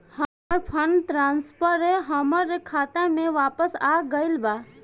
हमर fund transfer हमर खाता में वापस आ गईल बा